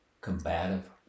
combative